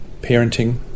parenting